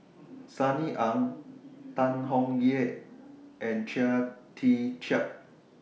Sunny Ang Tan Tong Hye and Chia Tee Chiak